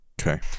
Okay